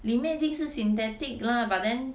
里面一定是 synthetic lah but then